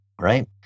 right